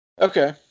Okay